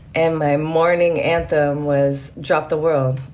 and my morning anthem was drop the world,